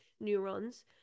neurons